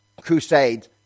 crusades